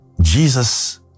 Jesus